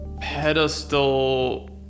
pedestal